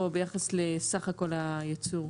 או ביחס לסך כל הייצור?